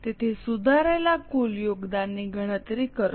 તેથી સુધારેલા કુલ યોગદાનની ગણતરી કરો